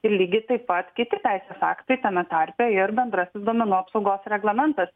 ir lygiai taip pat kiti teisės aktai tame tarpe ir bendrasis duomenų apsaugos reglamentas